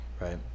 Right